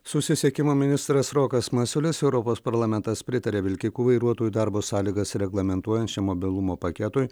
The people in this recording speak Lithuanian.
susisiekimo ministras rokas masiulis europos parlamentas pritarė vilkikų vairuotojų darbo sąlygas reglamentuojančiam mobilumo paketui